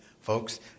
folks